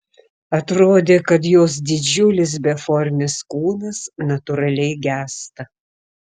atrodė kad jos didžiulis beformis kūnas natūraliai gęsta